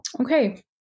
Okay